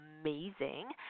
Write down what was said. amazing